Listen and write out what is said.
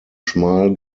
schmal